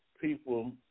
people